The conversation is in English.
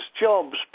jobs